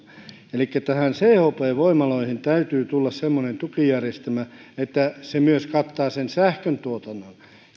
elikkä chp voimaloihin täytyy tulla semmoinen tukijärjestelmä että se myös kattaa sähköntuotannon